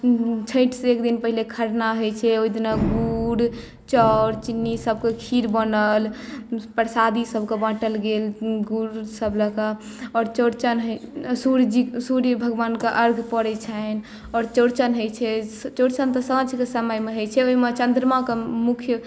छठि से पहिले खरना होइ छै ओहि दिनक गुड़ चाउर चीनी सभसे खीर बनल प्रसादी सभके बाँटल गेल गुड़ सभ लऽ कऽ आओर चौड़चन होइ छै सुर्य भगवानकेँ अर्घ्य पड़ै छनि आओर चौड़चन होइ छै चौड़चन साॅंझ समयमे होइ छै ओहिमे चन्द्रमाके मुख्य